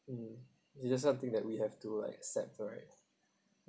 mm it's just something that we have to like accept right